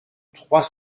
trois